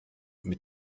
mit